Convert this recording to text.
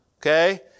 Okay